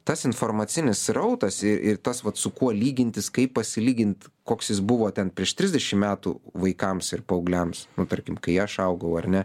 tas informacinis srautas ir tas vat su kuo lygintis kaip pasilyginti koks jis buvo ten prieš trisdešimt metų vaikams ir paaugliams tarkim kai aš augau ar ne